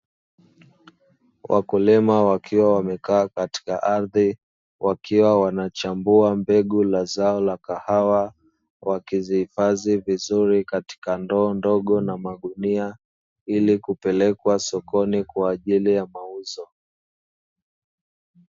Wakulima wakiwa wamekaa katika ardhi, wakiwa wanachambua mbegu la zao la kahawa, wakizihifadhi vizuri katika ndoo ndogo na magunia ili kupelekwa sokoni kwa ajili ya mauzo.